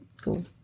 cool